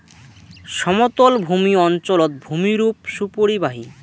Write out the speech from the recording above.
সমতলভূমি অঞ্চলত ভূমিরূপ সুপরিবাহী